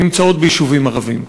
נמצאות ביישובים ערביים.